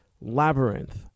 labyrinth